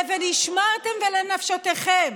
מה קרה ל"ונשמרתם לנפשותיכם"?